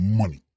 money